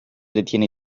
detiene